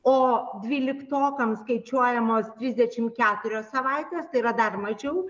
o dvyliktokams skaičiuojamos trisdešim keturios savaitės tai yra dar mačiau